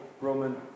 Roman